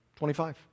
25